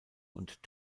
und